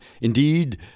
Indeed